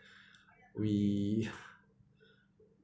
we